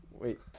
Wait